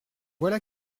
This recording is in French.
voilà